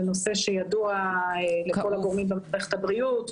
זה ידוע לכל הגורמים במערכת הבריאות.